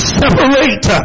separate